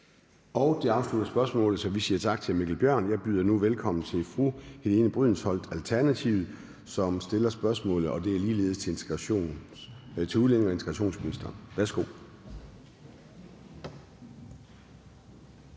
Det afslutter spørgsmålet. Vi siger tak til hr. Mikkel Bjørn. Jeg byder nu velkommen til fru Helene Brydensholt, Alternativet, som stiller det næste spørgsmål. Det er ligeledes til udlændinge- og integrationsministeren. Kl.